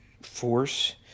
force